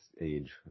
age